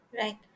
Right